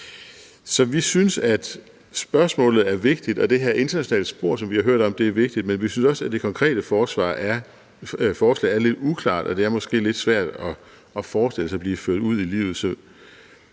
Så vi synes, at spørgsmålet er vigtigt, og at det her internationale spor, som vi har hørt om, er vigtigt, men vi synes også, at det konkrete forslag er lidt uklart, og det er måske lidt svært at forestille sig blive ført ud i livet.